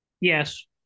Yes